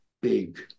big